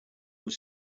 was